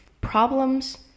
problems